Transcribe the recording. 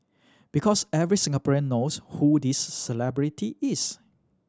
because every Singaporean knows who this celebrity is